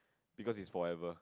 because it's forever